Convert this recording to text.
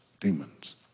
demons